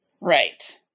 Right